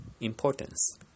Importance